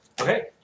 Okay